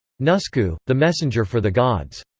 nusku the messenger for the gods.